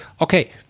okay